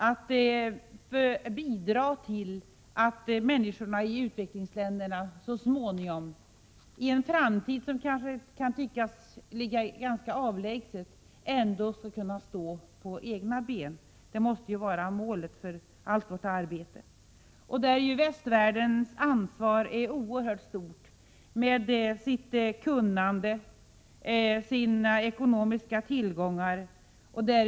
Vi vill bidra till att människorna i utvecklingsländerna så småningom, i en framtid som kanske kan tyckas ligga ganska avlägset, ändå skall kunna stå på egna ben. Det måste vara målet för allt vårt arbete. På den punkten är västvärldens ansvar oerhört stort — med vårt kunnande och våra ekonomiska tillgångar.